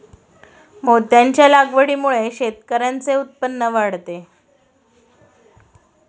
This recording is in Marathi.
मोत्यांच्या लागवडीमुळे शेतकऱ्यांचे उत्पन्न वाढते